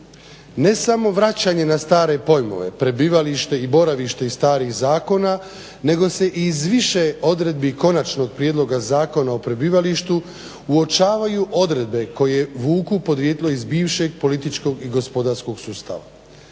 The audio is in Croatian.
Ne samo vraćanje na stare pojmovi prebivalište iz starih zakona nego se iz više odredbi konačnog prijedloga Zakona o prebivalištu uočavaju odredbe koje vuku podrijetlo iz bivšeg političkog i gospodarskog sustava.